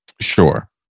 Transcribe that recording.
sure